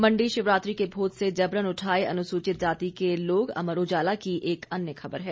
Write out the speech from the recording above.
मंडी शिवरात्रि के भोज से जबरन उठाए अनुसूचित जाति के लोग अमर उजाला की एक अन्य खबर है